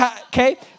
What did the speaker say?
okay